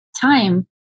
time